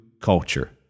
culture